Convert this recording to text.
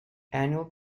annual